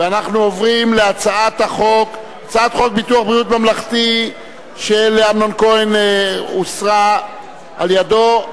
הצעת חוק ביטוח בריאות ממלכתי של אמנון כהן הוסרה על-ידו.